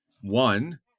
One